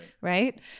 Right